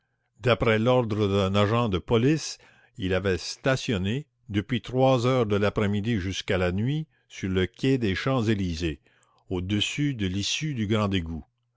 d'après l'ordre d'un agent de police il avait stationné depuis trois heures de l'après-midi jusqu'à la nuit sur le quai des champs-élysées au-dessus de l'issue du grand égout